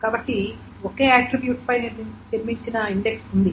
కాబట్టి ఒకే ఆట్రిబ్యూట్ పై నిర్మించిన ఇండెక్స్ ఉంది